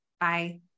Bye